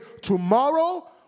tomorrow